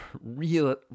real